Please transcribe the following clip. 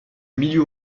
milieu